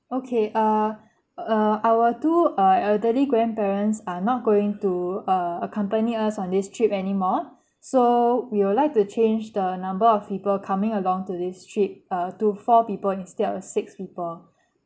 okay uh uh our two uh elderly grandparents are not going to uh accompany us on this trip anymore so we would like to change the number of people coming along to this trip uh to four people instead of six people